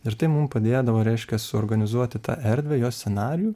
ir tai mum padėdavo reiškias suorganizuoti tą erdvę jos scenarijų